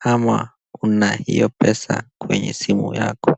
ama kuna hiyo pesa kwenye simu yako.